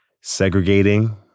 segregating